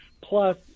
plus